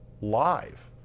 live